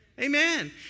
Amen